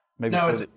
No